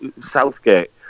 Southgate